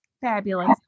Fabulous